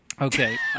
Okay